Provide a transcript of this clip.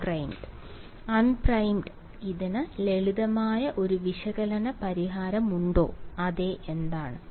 unprimed unprimed ഇതിന് ലളിതമായ ഒരു വിശകലന പരിഹാരമുണ്ടോ അതെ എന്താണ്